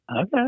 Okay